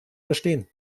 verstehen